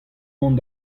mont